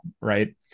right